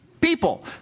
people